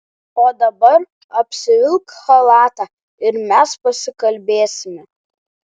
o dabar apsivilk chalatą ir mes pasikalbėsime